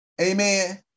Amen